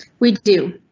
we do